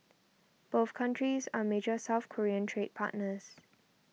both countries are major South Korean trade partners